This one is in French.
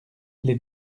les